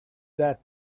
that